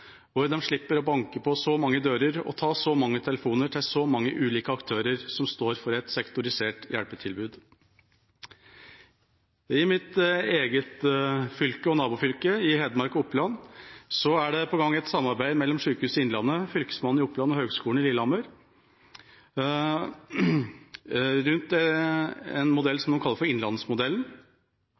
slipper å banke på så mange dører og ta så mange telefoner til så mange ulike aktører i et sektorisert hjelpetilbud. I mitt eget fylke og nabofylke – i Hedmark og Oppland – er det på gang et samarbeid mellom Sykehuset Innlandet, Fylkesmannen i Oppland og Høgskolen i Lillehammer om en modell de kaller for Innlandsmodellen.